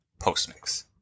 postmix